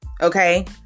Okay